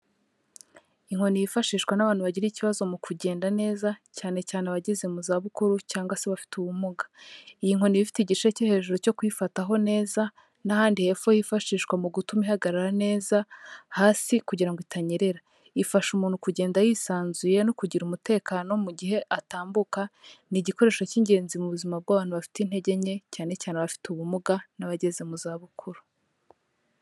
Inkoni yifashishwa n'abantu bagira ikibazo mu kugenda neza, cyane cyane abageze mu zabukuru cyangwa se abafite ubumuga, iyi nkoni iba ifite igice cyo hejuru cyo kuyifataho neza n'ahandi hepfo hifashishwa mu gutuma ihagarara neza hasi kugira ngo itanyerera, ifasha umuntu kugenda yisanzuye no kugira umutekano mu gihe atambuka, ni igikoresho k'ingenzi mu buzima bw'abantu bafite intege nke, cyane cyane abafite ubumuga n'abageze mu zabukuru.